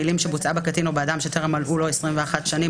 המילים "שבוצעה בקטין או באדם שטרם מלאו לו 21 שנים,